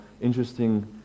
interesting